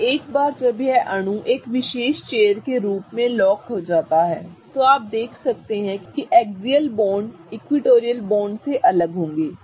और एक बार जब यह अणु एक विशेष चेयर के रूप में लॉक हो जाता है तो आप देख सकते हैं कि एक्सियल बॉन्ड इक्विटोरियल बॉन्ड से अलग होंगे